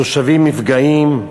תושבים נפגעים.